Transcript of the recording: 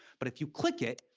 but if you click it,